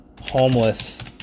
Homeless